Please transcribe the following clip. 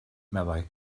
meddai